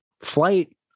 Flight